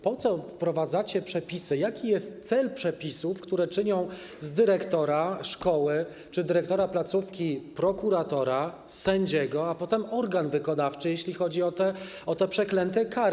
Po co wprowadzacie przepisy, jaki jest cel przepisów, które czynią z dyrektora szkoły czy dyrektora placówki prokuratora, sędziego, a potem organ wykonawczy, jeśli chodzi o te przeklęte kary?